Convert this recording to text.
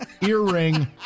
earring